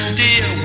dear